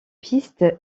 pistes